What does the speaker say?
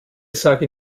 sage